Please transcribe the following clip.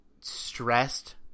stressed